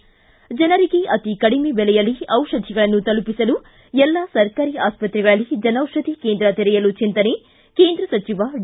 ು ಜನರಿಗೆ ಅತೀ ಕಡಿಮೆ ಬೆಲೆಯಲ್ಲಿ ಔಷಧಿಗಳನ್ನು ತಲುಪಿಸಲು ಎಲ್ಲಾ ಸರಕಾರಿ ಆಸ್ಪತ್ರೆಗಳಲ್ಲಿ ಜನೌಷಧಿ ಕೇಂದ್ರ ತೆರೆಯಲು ಚಿಂತನೆ ಕೇಂದ್ರ ಸಚಿವ ಡಿ